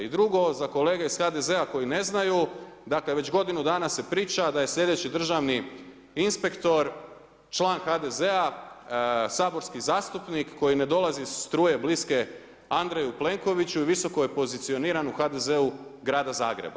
I drugo za kolege iz HDZ-a koji ne znaju, dakle već godinu dana se priča da je slijedeći državni inspektor član HDZ-a, saborski zastupnik koji ne dolazi iz struje bliske Andreju Plenkoviću i visoko je pozicioniran u HDZ-u grada Zagreba.